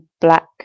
black